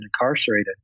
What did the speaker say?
incarcerated